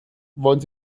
wollen